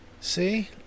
See